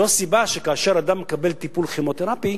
זו הסיבה שכאשר אדם מקבל טיפול כימותרפי,